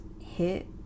hit